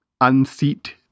unseat